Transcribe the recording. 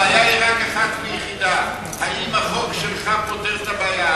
הבעיה היא רק אחת ויחידה: האם החוק פותר את הבעיה?